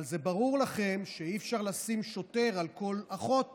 אבל זה ברור לכם שאי-אפשר לשים שוטר לכל אחות